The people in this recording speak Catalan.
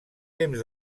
temps